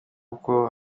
uko